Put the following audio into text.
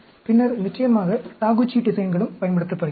பின்னர் நிச்சயமாக டாகுச்சி டிசைன்களும் பயன்படுத்தப்படுகின்றன